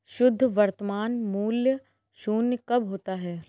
शुद्ध वर्तमान मूल्य शून्य कब होता है?